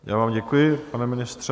Já vám děkuji, pane ministře.